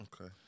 Okay